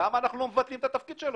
למה אנחנו לא מבטלים את התפקיד שלו?